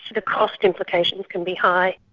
the cost implications can be high.